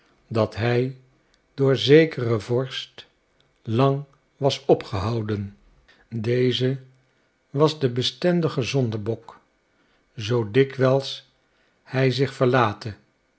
dat hij door zekeren vorst lang was opgehouden deze was de bestendige zondenbok zoo dikwijls hij zich